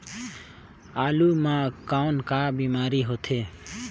आलू म कौन का बीमारी होथे?